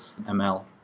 ML